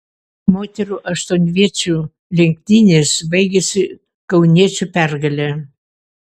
moterų aštuonviečių lenktynės baigėsi kauniečių pergale